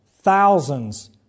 thousands